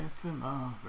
tomorrow